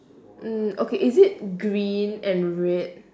mm okay is it green and red